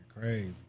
crazy